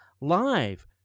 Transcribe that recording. live